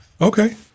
okay